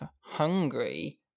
hungry